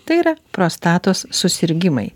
tai yra prostatos susirgimai